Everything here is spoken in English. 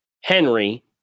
Henry